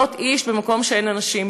להיות איש במקום שאין אנשים.